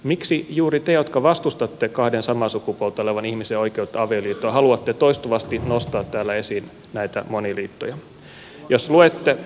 miksi juuri te jotka vastustatte kahden samaa sukupuolta olevan ihmisen oikeutta avioliittoon haluatte toistuvasti nostaa täällä esiin näitä moniliittoja